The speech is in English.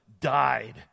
died